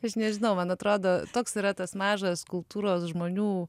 aš nežinau man atrodo toks yra tas mažas kultūros žmonių